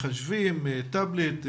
מחשבים, טאבלט,